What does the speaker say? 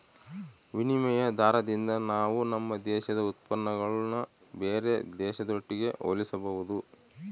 ವಿನಿಮಯ ದಾರದಿಂದ ನಾವು ನಮ್ಮ ದೇಶದ ಉತ್ಪನ್ನಗುಳ್ನ ಬೇರೆ ದೇಶದೊಟ್ಟಿಗೆ ಹೋಲಿಸಬಹುದು